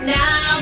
now